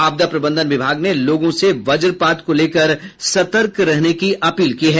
आपदा प्रबंधन विभाग ने लोगों से वज्रपात को लेकर सतर्क रहने की अपील की है